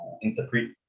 interpret